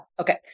Okay